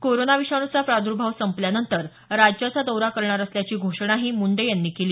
corona विषाणूचा प्रादर्भाव संपल्यानंतर राज्याचा दौरा करणार असल्याची घोषणाही मुंडे यांनी यावेळी केली